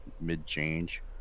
mid-change